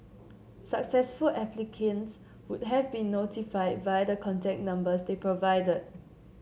successful applicants would have been notified via the contact numbers they provided